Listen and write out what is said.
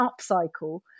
upcycle